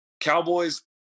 Cowboys